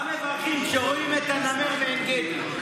אדוני השר, מה מברכים כשרואים את הנמר בעין גדי?